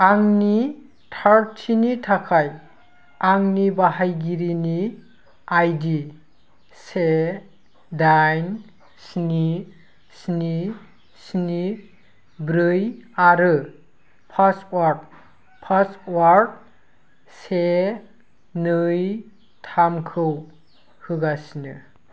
आंनि थारथिनि थाखाय आंनि बाहायगिरिनि आइडि से दाइन स्नि स्नि स्नि ब्रै आरो पासवार्ड पासवार्ड से नै थामखौ होगासिनो